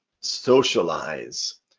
socialize